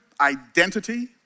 identity